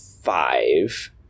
five